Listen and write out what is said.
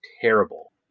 terrible